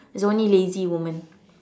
there's only lazy woman